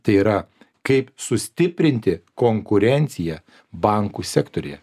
tai yra kaip sustiprinti konkurenciją bankų sektoriuje